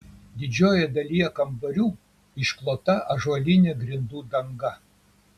didžiojoje dalyje kambarių išklota ąžuolinė grindų danga